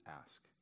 ask